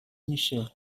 میشه